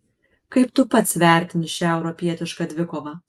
kaip tu pats vertini šią europietišką dvikovą